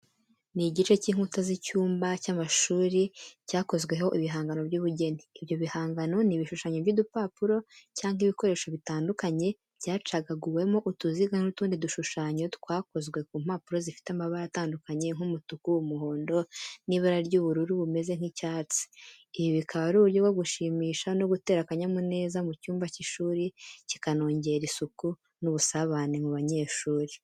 Ni igice cy’inkuta z’icyumba cy’amashuri cyakozweho ibihangano by’ubugeni. Ibyo bihangano ni ibishushanyo by’udupapuro cyangwa ibikoresho bitandukanye byacagaguwemo utuziga n’utundi dushushanyo, twakozwe ku mpapuro zifite amabara atandukanye nk’umutuku, umuhondo n'ibara ry'ubururu bumeze nk'icyatsi. Ibi bikaba ari uburyo bwo gushimisha no gutera akanyamuneza mu cyumba cy’ishuri kikanongera isuku n’ubusabane mu banyeshuri.